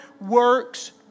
works